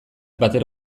batere